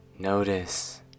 Notice